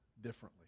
differently